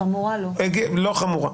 לא חמורה.